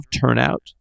turnout